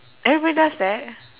everybody does that